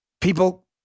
People